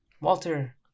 Walter